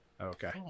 okay